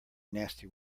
nasty